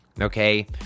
Okay